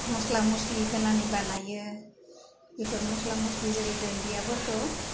मस्ला मस्लि होनानै बानायो बेफोर मस्ला मस्लिजों दुनदियाफोरखौ